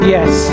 Yes